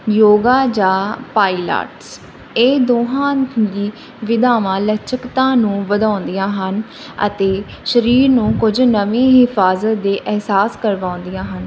ਯੋਗਾ ਜਾਂ ਪਾਈਲ ਆਰਟਸ ਇਹ ਦੋਹਾਂ ਦੀ ਵਿਧਾਵਾਂ ਲਚਕਤਾ ਨੂੰ ਵਧਾਉਂਦੀਆਂ ਹਨ ਅਤੇ ਸਰੀਰ ਨੂੰ ਕੁਝ ਨਵੀਂ ਹਿਫਾਜ਼ਤ ਦੇ ਅਹਿਸਾਸ ਕਰਵਾਉਂਦੀਆਂ ਹਨ